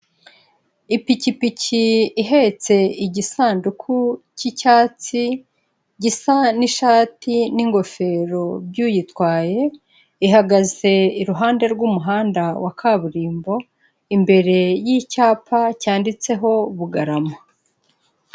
Ipikipiki ihetse igisanduku cy'icyatsi gisa n'ishati n'ingofero by'uyitwaye, ihagaze iruhande rw'umuhanda wa kaburimbo, imbere y'icyapa cyanditseho Bugarama.